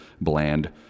bland